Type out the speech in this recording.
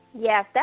Yes